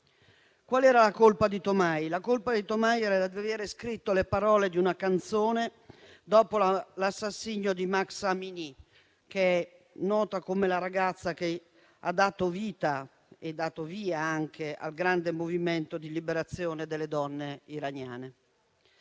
Qual è la colpa di Toomaj? Aver scritto le parole di una canzone dopo l'assassinio di Mahsa Amini, nota come la ragazza che ha dato vita - e dato il via, anche - al grande movimento di liberazione delle donne iraniane.